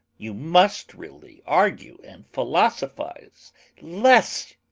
you must really argue and philosophize less,